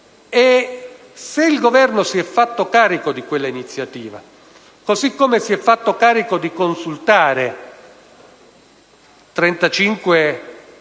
Se il Governo si è fatto carico di quella iniziativa, così come si è fatto carico di consultare 35 docenti